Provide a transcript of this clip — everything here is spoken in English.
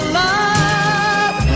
love